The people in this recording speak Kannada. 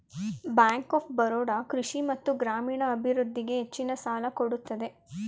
ಬ್ಯಾಂಕ್ ಆಫ್ ಬರೋಡ ಕೃಷಿ ಮತ್ತು ಗ್ರಾಮೀಣ ಅಭಿವೃದ್ಧಿಗೆ ಹೆಚ್ಚಿನ ಸಾಲ ಕೊಡುತ್ತದೆ